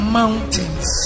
mountains